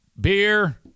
beer